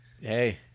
Hey